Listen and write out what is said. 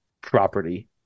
property